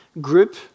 group